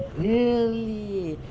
really